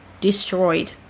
destroyed